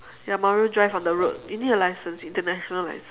ya Mario drive on the road you need a license international license